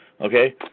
Okay